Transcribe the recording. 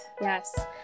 yes